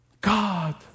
God